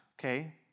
okay